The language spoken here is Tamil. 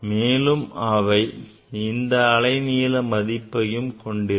மேலும் அவை இந்த அலைநீள மதிப்பைக் கொண்டிருக்கும்